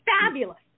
Fabulous